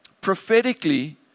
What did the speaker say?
Prophetically